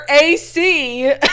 AC